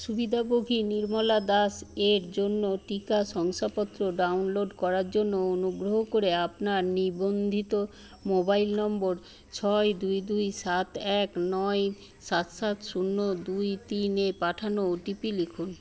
সুবিধাবোগী নির্মলা দাসের জন্য টিকা শংসাপত্র ডাউনলোড করার জন্য অনুগ্রহ করে আপনার নিবন্ধিত মোবাইল নম্বর ছয় দুই দুই সাত এক নয় সাত সাত শূন্য দুই তিনে পাঠানো ওটিপি লিখুন